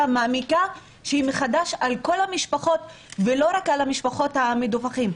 ומעמיקה שהיא מחדש על כל המשפחות ולא רק על המשפחות המדווחות.